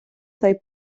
цей